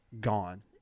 gone